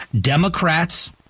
Democrats